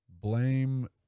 blame